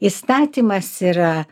įstatymas yra